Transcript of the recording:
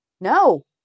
No